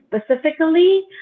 Specifically